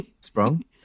Sprung